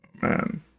man